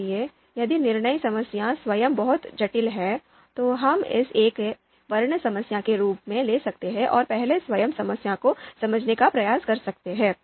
इसलिए यदि निर्णय समस्या स्वयं बहुत जटिल है तो हम इसे एक वर्णन समस्या के रूप में ले सकते हैं और पहले स्वयं समस्या को समझने का प्रयास कर सकते हैं